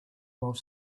while